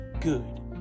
good